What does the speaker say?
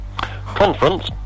Conference